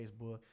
Facebook